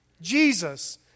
Jesus